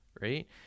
Right